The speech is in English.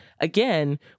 again